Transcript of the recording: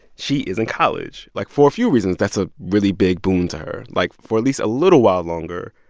she is in college like, for a few reasons, that's a really big boon to her. like, for least a little while longer,